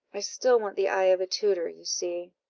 i still want the eye of a tutor, you see.